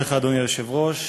אדוני היושב-ראש,